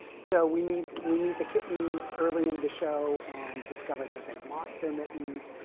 so we meet we meet the kittens early in the show and discover that they've lost their mittens,